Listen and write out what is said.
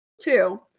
two